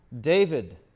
David